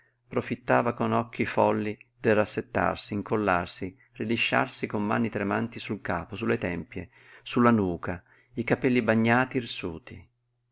profittava con occhi folli per rassettarsi incollarsi rilisciarsi con mani tremanti sul capo su le tempie su la nuca i capelli bagnati irsuti